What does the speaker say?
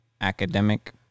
academic